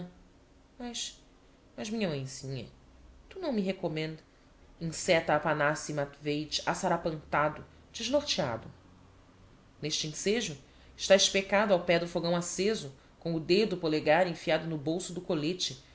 mas mas minha mãezinha tu não me recommend encéta aphanassi matveich assarapantado desnorteado n'este ensejo está espécado ao pé do fogão acêso com o dedo pollegar enfiado no bolso do collete